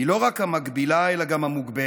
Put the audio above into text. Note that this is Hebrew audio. היא לא רק המגבילה אלא גם המוגבלת.